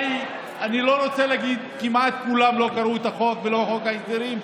אני לא רוצה להגיד: כמעט כולם לא קראו את החוק ולא את חוק ההסדרים,